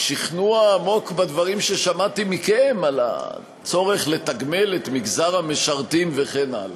שכנוע עמוק בדברים ששמעתי מכם על הצורך לתגמל את מגזר המשרתים וכן הלאה.